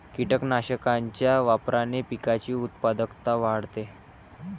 कीटकनाशकांच्या वापराने पिकाची उत्पादकता वाढते